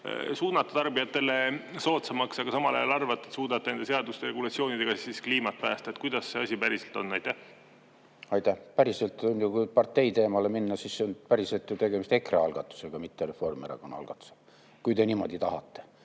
suunata tarbijatele soodsamaks, aga samal ajal arvate, et suudate nende seaduste regulatsioonidega kliimat päästa. Kuidas see asi päriselt on? Aitäh! Päriselt, kui partei teemale minna, siis on ju päriselt tegemist EKRE algatusega, mitte Reformierakonna algatusega, kui te nii tahate.